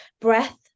breath